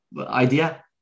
idea